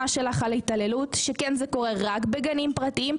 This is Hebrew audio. שלך על התעללות שכן זה קורה רק בגנים פרטיים,